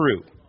true